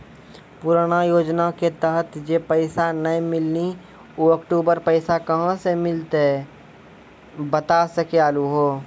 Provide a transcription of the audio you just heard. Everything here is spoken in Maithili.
पुराना योजना के तहत जे पैसा नै मिलनी ऊ अक्टूबर पैसा कहां से मिलते बता सके आलू हो?